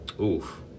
Oof